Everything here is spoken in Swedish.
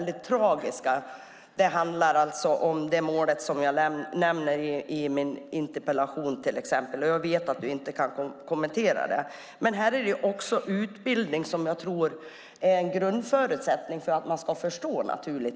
Det handlar bland annat om det mål som jag nämnde i min interpellation. Jag vet att ministern inte kan kommentera det, men även här tror jag att utbildning är en grundförutsättning för att man ska förstå.